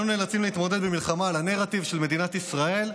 אנחנו נאלצים להתמודד עם מלחמה על הנרטיב של מדינת ישראל.